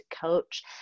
coach